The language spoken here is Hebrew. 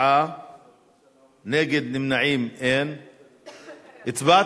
ההצעה להעביר את הצעת חוק המחשבים (תיקון) (פעולות אסורות בתוכנה,